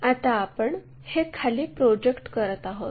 आता आपण हे खाली प्रोजेक्ट करत आहोत